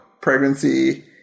pregnancy